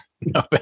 No